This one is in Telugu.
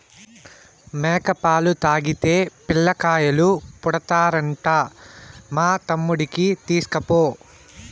మేక పాలు తాగితే పిల్లకాయలు పుడతారంట మా తమ్ముడికి తీస్కపో